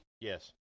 Yes